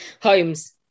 Holmes